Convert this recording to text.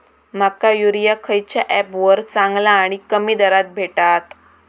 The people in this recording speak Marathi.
माका युरिया खयच्या ऍपवर चांगला आणि कमी दरात भेटात?